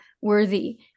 worthy